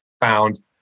found